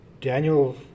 Daniel